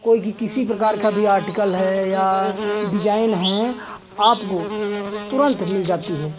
कोई की किसी प्रकार का भी आर्टिकल है या डिज़ाइन हैं आपको तुरन्त मिल जाती हैं